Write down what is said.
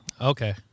Okay